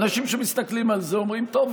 אנשים שמסתכלים על זה אומרים: טוב,